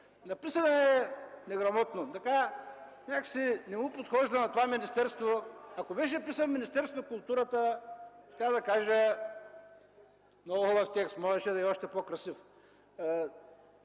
Написан е неграмотно. Така някак си не му подхожда на това министерство. Ако беше писан в Министерството на културата, щях да кажа: „много хубав текст, можеше да е още по-красив”.